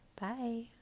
Bye